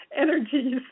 Energies